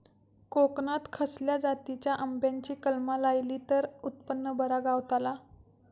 कोकणात खसल्या जातीच्या आंब्याची कलमा लायली तर उत्पन बरा गावताला?